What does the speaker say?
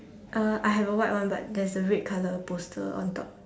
uh I have a white one but there's a red color poster on top